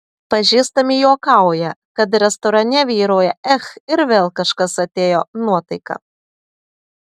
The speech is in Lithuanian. pažįstami juokauja kad restorane vyrauja ech ir vėl kažkas atėjo nuotaika